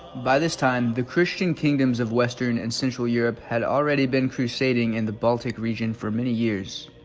by this time the christian kingdoms of western and central europe had already been crusading in the baltic region for many years